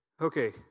Okay